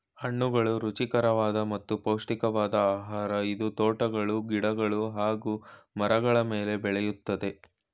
ಹಣ್ಣುಗಳು ರುಚಿಕರವಾದ ಮತ್ತು ಪೌಷ್ಟಿಕವಾದ್ ಆಹಾರ ಇದು ತೋಟಗಳು ಗಿಡಗಳು ಹಾಗೂ ಮರಗಳ ಮೇಲೆ ಬೆಳಿತದೆ